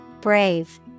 Brave